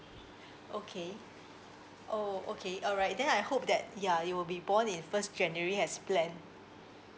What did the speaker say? okay oh okay all right then I hope that ya it will be born in first january as planned